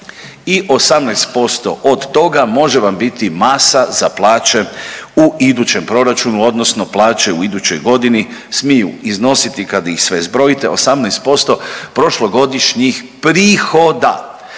i 18% od toga može vam biti masa za plaća u idućem proračunu odnosno plaće u idućoj godinu smiju iznositi kad ih sve zbrojite 18% prošlogodišnjih prihoda.